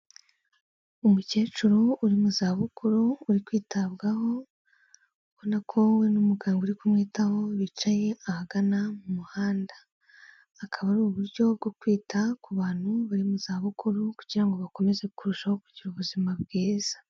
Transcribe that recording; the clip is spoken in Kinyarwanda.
Umukecuru uri mu zabukuru uri kwitabwaho, ubona ko we n'umuganga uri kumwitaho bicaye ahagana mu muhanda, akaba ari uburyo bwo kwita ku bantu bari mu zabukuru kugira ngo bakomeze kurushaho kugira ubuzima bwiza.